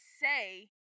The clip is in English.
say